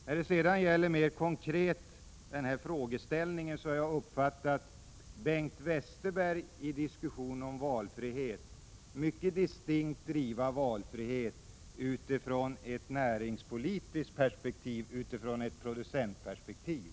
När det sedan mer konkret gäller denna frågeställning har jag uppfattat att — Prot. 1987/88:20 Bengt Westerberg i diskussioner om valfrihet mycket distinkt driver frågan — 10 november 1987 om valfrihet utifrån ett näringspolitiskt perspektiv och utifrån ett producent= == perspektiv.